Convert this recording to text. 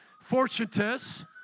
Fortunatus